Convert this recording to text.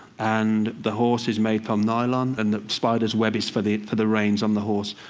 and the horse is made from nylon. and the spider's web is for the for the reins on the horse.